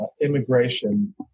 immigration